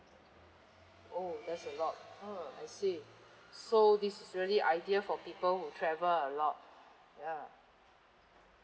oh that's a lot oh I see so this is really ideal for people who travel a lot ya